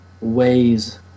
ways